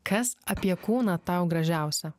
kas apie kūną tau gražiausia